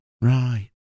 right